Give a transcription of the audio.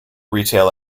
retail